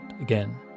again